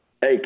Hey